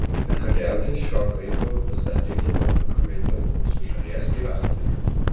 ir kodėl gi šiuo gaivalu vis dar tiki pakankamai daug mūsų šalies gyventojų